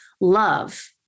love